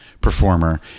performer